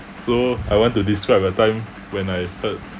so I want to describe a time when I hurt